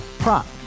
Prop